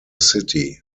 city